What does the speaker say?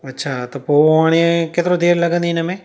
अच्छा त पोइ हाणे केतिरो देरि लॻंदी हिनमें